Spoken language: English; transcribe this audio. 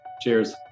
Cheers